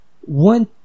one